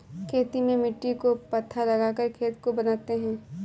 खेती में मिट्टी को पाथा लगाकर खेत को बनाते हैं?